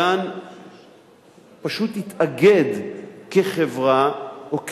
הגן פשוט יתאגד כחברה או כעמותה,